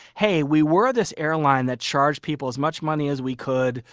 hey, we were this airline that charged people as much money as we could.